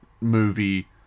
movie